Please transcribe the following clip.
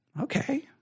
okay